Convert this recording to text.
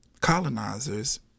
colonizers